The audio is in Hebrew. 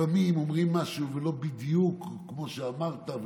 לפעמים אומרים משהו וזה לא בדיוק כמו שאמרת,